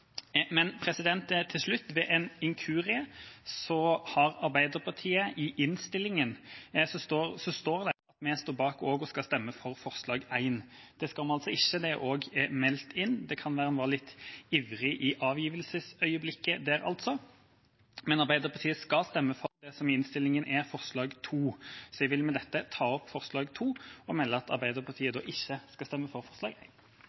Til slutt: Ved en inkurie står det i innstillinga at Arbeiderpartiet står bak og skal stemme for forslag nr. 1. Det skal vi altså ikke, det er også meldt inn – det kan være en var litt ivrig i avgivelsesøyeblikket. Men Arbeiderpartiet skal stemme for det som i innstillinga er forslag nr. 2. Jeg vil altså med dette ta opp forslag nr. 2 og melde at Arbeiderpartiet ikke skal stemme for forslag